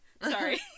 Sorry